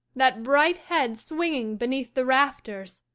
that bright head swinging beneath the rafters!